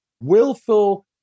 willful